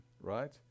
Right